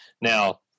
Now